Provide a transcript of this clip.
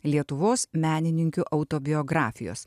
lietuvos menininkių autobiografijos